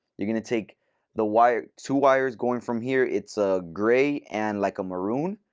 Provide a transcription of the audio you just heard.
you're going to take the wire two wires going from here. it's a gray and, like, a maroon,